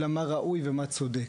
אלא מה ראוי ומה צודק,